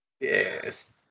yes